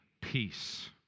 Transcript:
peace